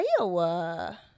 Iowa